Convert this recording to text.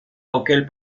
auxquels